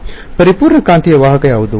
ಪರಿಪೂರ್ಣ ಕಾಂತೀಯ ವಾಹಕ ಯಾವುದು